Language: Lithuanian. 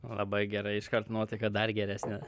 labai gerai iškart nuotaika dar geresnė